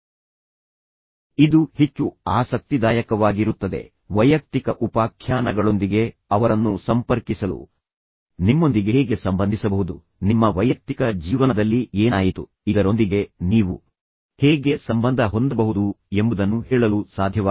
ಆದ್ದರಿಂದ ಇದು ಹೆಚ್ಚು ಆಸಕ್ತಿದಾಯಕವಾಗಿರುತ್ತದೆ ಉತ್ತಮ ಪ್ರೇಕ್ಷಕರು ಅವರನ್ನು ನೆನಪಿಟ್ಟುಕೊಳ್ಳಲು ವೈಯಕ್ತಿಕ ಉಪಾಖ್ಯಾನಗಳೊಂದಿಗೆ ಅವರನ್ನು ಸಂಪರ್ಕಿಸಲು ನೀವು ಅದನ್ನು ನಿಮ್ಮೊಂದಿಗೆ ಹೇಗೆ ಸಂಬಂಧಿಸಬಹುದು ನಿಮ್ಮ ವೈಯಕ್ತಿಕ ಜೀವನದಲ್ಲಿ ಏನಾಯಿತು ಇದರೊಂದಿಗೆ ನೀವು ಹೇಗೆ ಸಂಬಂಧ ಹೊಂದಬಹುದು ಎಂಬುದನ್ನು ಹೇಳಲು ಸಾಧ್ಯವಾಗುತ್ತದೆ